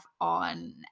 on